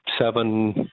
seven